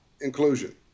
inclusion